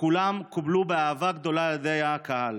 וכולם התקבלו באהבה גדולה על ידי הקהל.